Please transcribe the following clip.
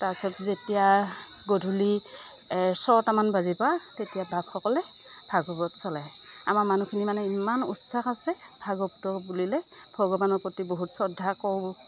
তাৰ পিছত যেতিয়া গধূলি ছটামান বাজিৰ পৰা তেতিয়া বাপসকলে ভগৱত চলাই আমাৰ মানুহখিনিৰ মানে ইমান উৎসাহ আছে ভাগৱত বুলিলে ভগৱানৰ প্ৰতি বহুত শ্ৰদ্ধা কৰোঁ